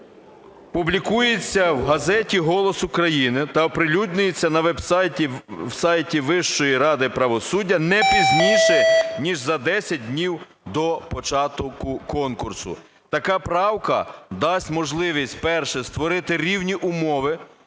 публікується в газеті "Голос України" та оприлюднюється на веб-сайті Вищої ради правосуддя не пізніше ніж за 10 днів до початку конкурсу". Така правка дасть можливість – перше - створити рівні умови